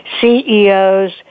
CEOs